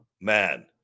man